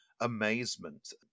amazement